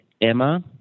Emma